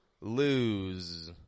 lose